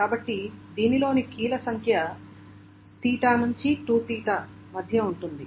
కాబట్టి దీనిలోని కీ ల సంఖ్య 𝚹 నుండి 2𝚹 మధ్య ఉంటుంది